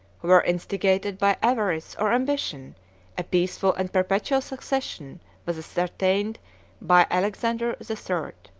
who were instigated by avarice or ambition a peaceful and perpetual succession was ascertained by alexander the third,